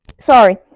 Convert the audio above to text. Sorry